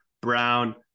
Brown